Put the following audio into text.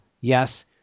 yes